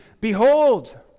behold